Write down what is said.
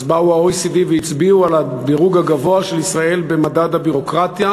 אז באו ה-OECD והצביעו על הדירוג הגבוה של ישראל במדד הביורוקרטיה,